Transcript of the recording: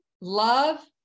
Love